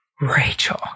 Rachel